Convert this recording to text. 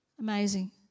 amazing